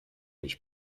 ich